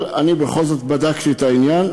אבל אני בכל זאת בדקתי את העניין,